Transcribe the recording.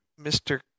Mr